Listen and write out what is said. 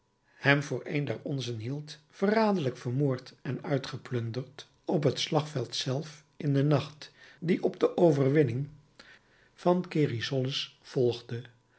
hem voor een der onzen hield verraderlijk vermoord en uitgeplunderd op het slagveld zelf in den nacht die op de overwinning van cérisolles volgde